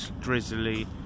Drizzly